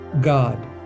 God